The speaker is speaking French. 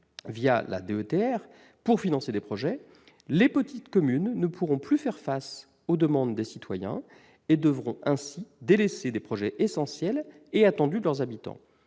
la DETR pour financer des projets, les petites communes ne pourront plus faire face aux demandes des citoyens et devront ainsi délaisser des projets essentiels et attendus de leurs habitants.